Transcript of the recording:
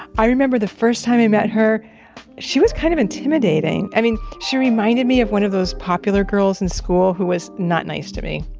i remember the first time i met her she was kind of intimidating. i mean, she reminded me of one of those popular girls in school who was not nice to me.